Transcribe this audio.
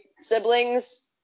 siblings